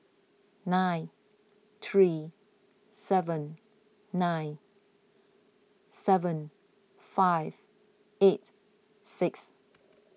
nine three seven nine seven five eight six